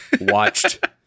watched